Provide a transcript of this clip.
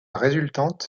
résultante